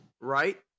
right